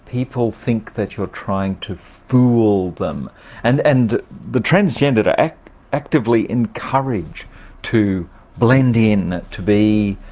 people think that you're trying to fool them and and the transgendered are actively encourage to blend in, to be